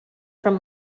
from